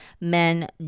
men